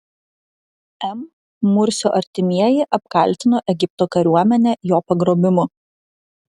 m mursio artimieji apkaltino egipto kariuomenę jo pagrobimu